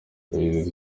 yagize